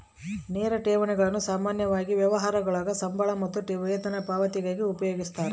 ನೇರ ಠೇವಣಿಗಳನ್ನು ಸಾಮಾನ್ಯವಾಗಿ ವ್ಯವಹಾರಗುಳಾಗ ಸಂಬಳ ಮತ್ತು ವೇತನ ಪಾವತಿಗಾಗಿ ಉಪಯೋಗಿಸ್ತರ